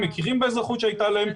מכירים באזרחות שהייתה להם,